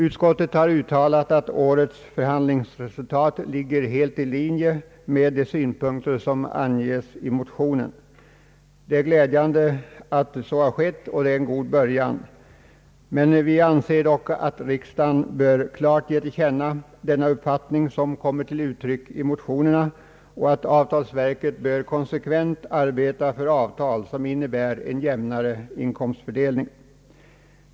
Utskottet har uttalat att årets förhandlingsresultat ligger helt i linje med de synpunkter som anges i motionen. Detta är glädjande och en god början. Vi anser dock att riksdagen bör klart ge till känna den uppfattning som kommer till uttryck i motionerna och att avtalsverket bör konsekvent arbeta för avtal som innebär en jämnare inkomstfördelning.